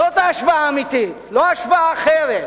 זאת ההשוואה האמיתית, ולא השוואה אחרת,